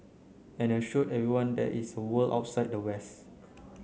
and assured everyone there is a world outside the west